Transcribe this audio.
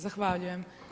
Zahvaljujem.